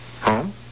Home